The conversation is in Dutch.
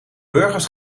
burgers